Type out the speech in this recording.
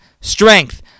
strength